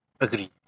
agree